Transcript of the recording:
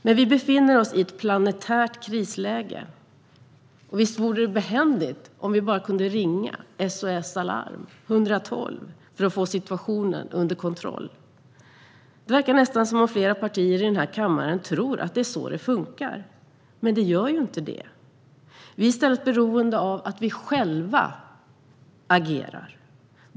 Men vi befinner oss i ett planetärt krisläge, och visst vore det behändigt om vi bara kunde ringa till SOS Alarm 112 för att få situationen under kontroll? Det verkar nästan som om flera partier i denna kammare tror att det är så det funkar. Men det gör inte det. Vi är i stället beroende av att vi själva agerar.